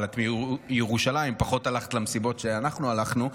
אבל את מירושלים ופחות הלכת למסיבות שאנחנו הלכנו.